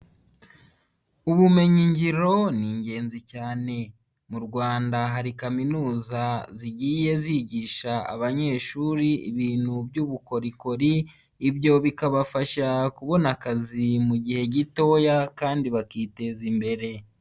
Ubumenyi ngiro ni ingenzi cyane mu rwanda hari kaminuza zigiye zigisha abanyeshuri ibintu by'ubukorikori, ibyo bikabafasha kubona akazi mu gihe gitoya kandi bakiteza imbere.